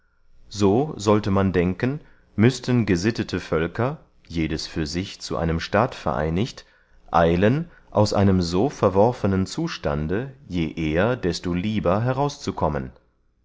so sollte man denken müßten gesittete völker jedes für sich zu einem staat vereinigt eilen aus einem so verworfenen zustande je eher desto lieber herauszukommen